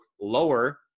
lower